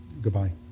goodbye